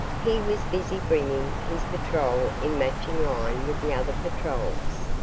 he was busy bringing his patrol in matching line with the other patrols.